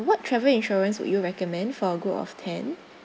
what travel insurance would you recommend for a group of ten